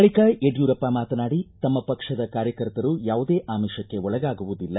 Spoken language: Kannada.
ಬಳಿಕ ಯಡ್ಕೂರಪ್ಪ ಮಾತನಾಡಿ ತಮ್ಮ ಪಕ್ಷದ ಕಾರ್ಯಕರ್ತರು ಯಾವುದೇ ಆಮಿಷಕ್ಕೆ ಒಳಗಾಗುವುದಿಲ್ಲ